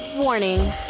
Warning